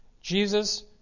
Jesus